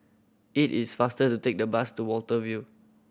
it is faster to take the bus to Watten View